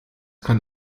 kann